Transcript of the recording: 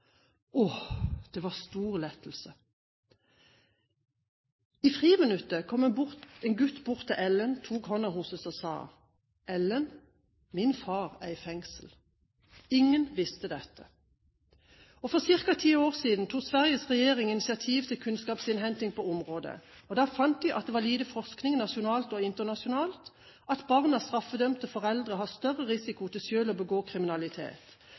det var stor lettelse! I friminuttet kom en gutt bort til Ellen, tok hånden hennes og sa: Ellen, min far er i fengsel. Ingen visste dette. For ca. ti år siden, da Sveriges regjering tok initiativ til kunnskapsinnhenting på området, fant den at det var lite forskning nasjonalt og internasjonalt, og at barn av straffedømte foreldre har større risiko for selv å begå kriminalitet.